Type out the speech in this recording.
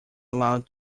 allowed